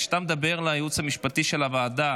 כשאתה מדבר על הייעוץ המשפטי של הוועדה,